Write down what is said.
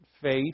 faith